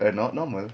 like nor~ normal